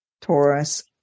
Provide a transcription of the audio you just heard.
Taurus